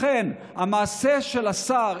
לכן המעשה של השר,